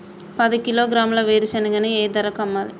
పది కిలోగ్రాముల వేరుశనగని ఏ ధరకు అమ్మాలి?